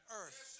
earth